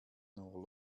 nur